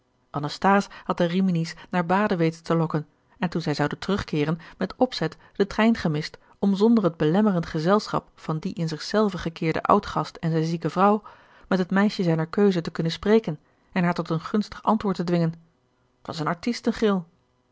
anasthase had de rimini's naar baden weten te lokken en toen zij zouden terugkeeren met opzet den trein gemist om zonder het belemmerend gezelschap van dien in zich zelven gekeerden oudgast en zijne zieke vrouw met het meisje zijner keuze te kunnen spreken en haar tot een gunstig antwoord te dwingen t was een artisten gril